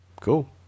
Cool